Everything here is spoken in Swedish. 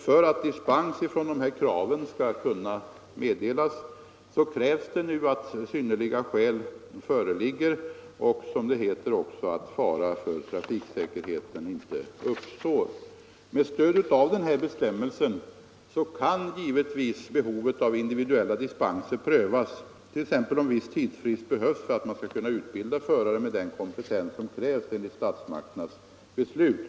För att dispens från de här kraven skall kunna meddelas fordras det att synnerliga skäl föreligger och att fara för trafiksäkerheten inte uppstår. Med stöd av den bestämmelsen kan givetvis behovet av individuella dispenser prövas, t.ex. om viss tidsfrist behövs för att man skall kunna utbilda förare för den kompetens som krävs enligt statsmakternas beslut.